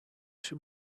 too